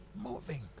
moving